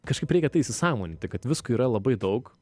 kažkaip reikia tai įsisąmoninti kad visko yra labai daug